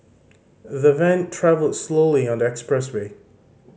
the van travelled slowly on the expressway